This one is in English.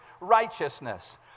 righteousness